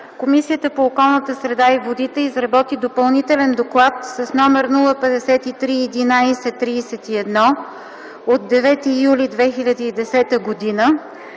Комисията по околната среда и водите изработи Допълнителен доклад с № 053 11-31 от 9 юли 2010 г.,